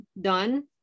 done